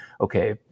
okay